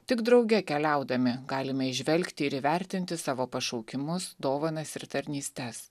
tik drauge keliaudami galime įžvelgti ir įvertinti savo pašaukimus dovanas ir tarnystes